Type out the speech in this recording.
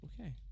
okay